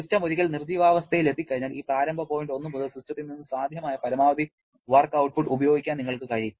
system ഒരിക്കൽ നിർജ്ജീവാവസ്ഥയിലെത്തിക്കഴിഞ്ഞാൽ ഈ പ്രാരംഭ പോയിന്റ് 1 മുതൽ സിസ്റ്റത്തിൽ നിന്ന് സാധ്യമായ പരമാവധി വർക്ക് ഔട്ട്പുട്ട് ഉപയോഗിക്കാൻ നിങ്ങൾക്ക് കഴിയും